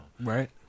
Right